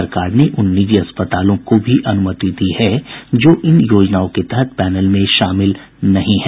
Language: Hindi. सरकार ने उन निजी अस्पतालों को भी अनुमति दी है जो इन योजनाओं के तहत पैनल में शामिल नहीं हैं